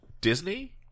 disney